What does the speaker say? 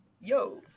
Yo